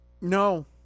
No